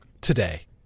today